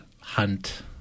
hunt